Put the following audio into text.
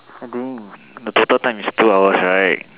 I think the total time is two hours right